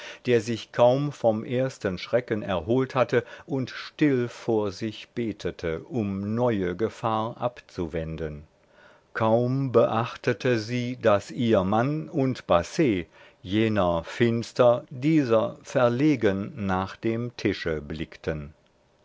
der sich kaum vom ersten schrecken erholt hatte und still vor sich betete um neue gefahr abzuwenden kaum beachtete sie daß ihr mann und basset jener finster dieser verlegen nach dem tische blickten